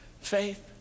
faith